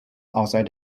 outside